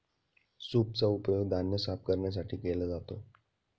सूपचा उपयोग धान्य साफ करण्यासाठी केला जातो